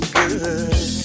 good